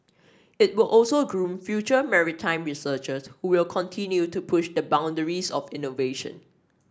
it will also groom future maritime researchers who will continue to push the boundaries of innovation